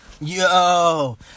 Yo